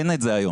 אין את זה היום,